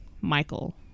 michael